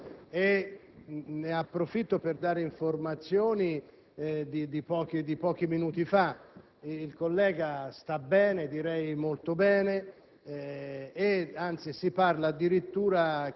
ringrazio il collega Bianco e ne approfitto per dare informazioni di pochi minuti fa. Il collega Mantovano sta molto bene,